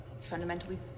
fundamentally